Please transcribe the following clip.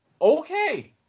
Okay